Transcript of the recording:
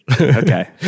okay